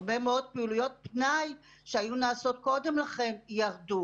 הרבה מאוד פעילויות פנאי שהיו נעשות קודם לכן ירדו.